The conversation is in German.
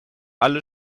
alle